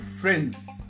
friends